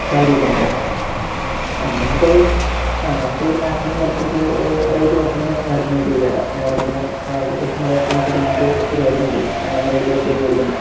സാരിയൊക്കെ ഉണ്ട് നമുക്ക് അത് ആ നമുക്ക് അതൊരു മാക്സിമം വിലകുറച്ചൊരു റേറ്റ് കുറച്ച് തന്നെ മാഡത്തിന് അത് ചെയ്തു തരാം മാഡം ഇങ്ങനെ പ വിദേശത്തുന്നുള്ള കസ്റ്റമേഴ്സൊക്കെ ഞങ്ങള്ക്ക് ഒത്തിരി വരുന്നുണ്ട് ഞങ്ങൾ അങ്ങ് റേറ്റ് കുറച്ച് ചെയ്ത് കൊടുക്കുന്നതാണ്